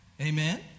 Amen